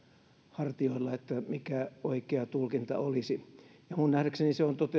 hartioilla mikä oikea tulkinta olisi ja minun nähdäkseni se on